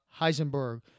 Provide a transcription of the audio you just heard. Heisenberg